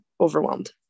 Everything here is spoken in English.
overwhelmed